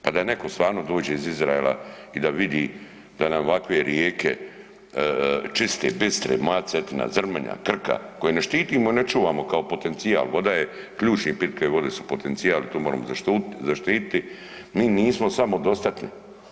Pa da neko stvarno dođe iz Izraela i da vidi da nam ovakve rijeke čiste, bistre, moja Cetina, Zrmanja, Krka koje ne štitimo i ne čuvamo kao potencijal, voda je ključna, pitke vode su potencijal i to moramo zaštititi, mi nismo samodostatni.